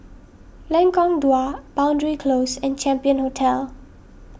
Lengkong Dua Boundary Close and Champion Hotel